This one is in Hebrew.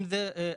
בכל פעם,